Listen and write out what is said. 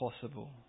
possible